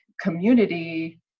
community